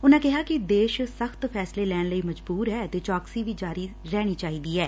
ਉਨਾ ਕਿਹਾ ਕਿ ਦੇਸ ਸਖ਼ਤ ਫੈਸਲੇ ਲੈਣ ਲਈ ਮਜ਼ਬੂਤ ਐ ਅਤੇ ਚੌਕਸੀ ਵੀ ਜਾਰੀ ਰਹਿਣੀ ਚਾਹੀਦੀ ਐ